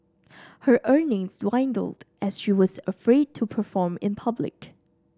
her earnings dwindled as she was afraid to perform in public